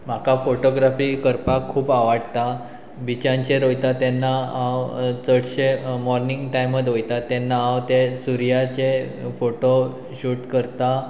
म्हाका फोटोग्राफी करपाक खूब आवडटा बिचांचेर वोयता तेन्ना हांव चडशे मॉर्नींग टायमत वयता तेन्ना हांव ते सुर्याचे फोटो शूट करता